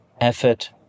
effort